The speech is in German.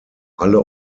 alle